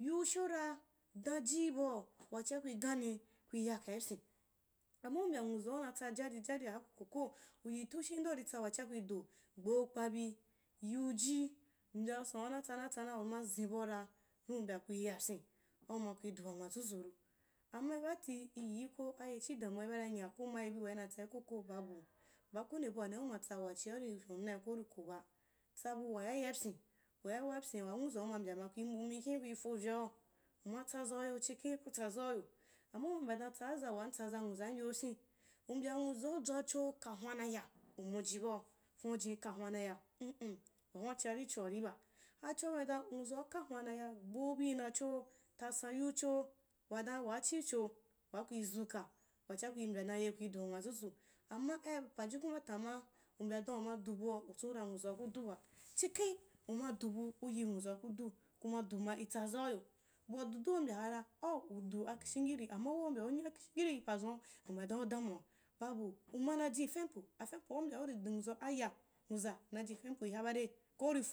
Yiu shura, daaji bau, wachia kui gane kui gane kui ya kaipyiu, amma u mbya nwuzau natsa jari jaria ku koko, uyi tushi indeu uritsa waa kui do, gbeu kpabi, yiuji, mbyasanua tsa na tsana uma zen baura, vin u mbga kai yapyin, amma ai bati lyii ko aye chii damuwai ba ina nya komarebi waa inaitsa ikoko, babu, baa konde buani wachia uridu nai ke uri ko ba. Tsabu wayayaipyau, wayayaipyin waa nwauzau ma mbya ma kui m bumikin kui ko vyaav, uma tsazau yo chikhen ku tsazauvyo, amma uma mbya dan tsazaza waa ntsaza nwazau dzwacho kahwa na ya, umuji bau, ran’ujiu kahwan naya, mm wahun’a chiari choariba, achou’a be daa uwuzau kahwan naya, gbeubi nyaeho, ta san yiu cho dan waa chii chow aa kui zuka, wachia kui mbya dan eh kui du wa nwazuzu, amma ai pajukua baa tammaa, u mbya dan una du bua uchon’u dan nwazau ku bu’uyi nwauzau kudu, kuma sama itsazauyo, bua dudua u mbya hara au udu a khishingiri, amma waa u mbya u nya khishingiri yi pazun’a u mbya dan adamuwa, babu, uma na ji keupu akenpua u mbyaa uri du nwauzau aya, nwuza nnaiji kenpui ha bare, ko uri ko?